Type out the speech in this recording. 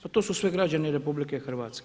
Pa to su sve građani RH.